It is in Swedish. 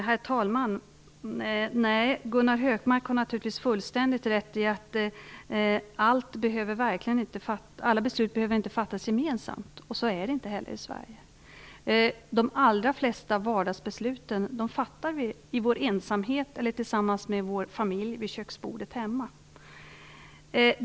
Herr talman! Nej, Gunnar Hökmark har naturligtvis fullständigt rätt i att alla beslut inte behöver fattas gemensamt. Så är det inte heller i Sverige. De allra flesta vardagsbeslut fattar vi i vår ensamhet eller tillsammans med vår familj vid köksbordet hemma.